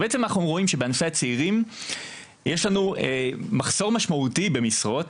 ובעצם אנחנו רואים שבענפי הצעירים יש לנו מחסור משמעותי במשרות,